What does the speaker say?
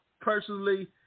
personally –